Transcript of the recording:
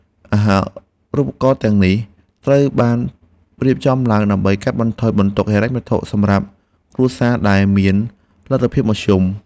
អាហារូបករណ៍ទាំងនេះត្រូវបានរៀបចំឡើងដើម្បីកាត់បន្ថយបន្ទុកហិរញ្ញវត្ថុសម្រាប់គ្រួសារដែលមានលទ្ធភាពមធ្យម។